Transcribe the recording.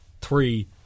Three